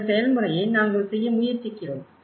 அந்த செயல்முறையை நாங்கள் செய்ய முயற்சிக்கிறோம்